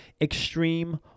Extreme